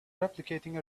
replicating